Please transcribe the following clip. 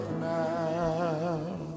now